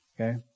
Okay